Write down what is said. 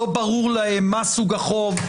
לא ברור להם מה סוג החוב,